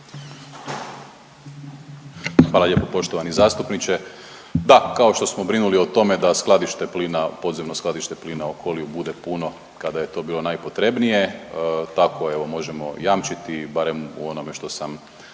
Hvala lijepo poštovani zastupniče. Da, kao što smo brinuli o tome da skladište plina, Podzemno skladište plina Okoli bude puno kada je to bilo najpotrebnije tako evo možemo jamčiti, barem u onome što sam